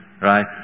right